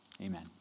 Amen